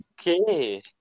Okay